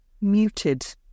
Muted